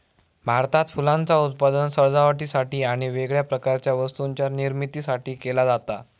भारतात फुलांचा उत्पादन सजावटीसाठी आणि वेगवेगळ्या प्रकारच्या वस्तूंच्या निर्मितीसाठी केला जाता